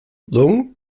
leung